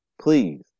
Please